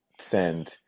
send